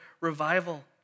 revival